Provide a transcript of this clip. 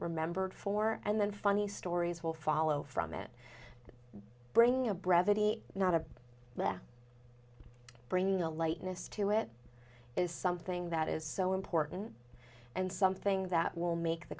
remembered for and then funny stories will follow from it bringing a brevity not of their bringing the lightness to it is something that is so important and something that will make the